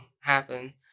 happen